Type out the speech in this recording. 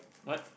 what